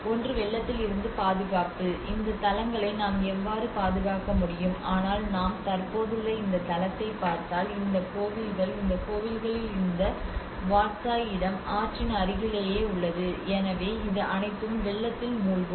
ஒன்று வெள்ளத்தில் இருந்து பாதுகாப்பு இந்த தளங்களை நாம் எவ்வாறு பாதுகாக்க முடியும் ஆனால் நாம் தற்போதுள்ள இந்த தளத்தைப் பார்த்தால் இந்த கோவில்கள் இந்த கோயில்களில் இந்த வாட் சாய் இடம் ஆற்றின் அருகிலேயே உள்ளது எனவே இது அனைத்தும் வெள்ளத்தில் மூழ்கும்